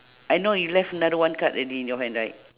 I know you left another one card already in your hand right